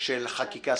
של חקיקה.